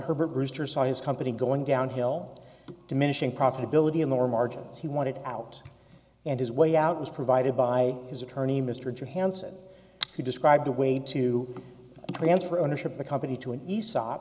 herbert brewster saw his company going downhill diminishing profitability and lower margins he wanted out and his way out was provided by his attorney mr hanson who described a way to transfer ownership the company to an isa